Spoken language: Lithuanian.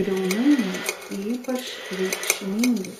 briaunainiai ypač reikšmingi